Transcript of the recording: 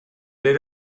they